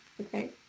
okay